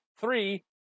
three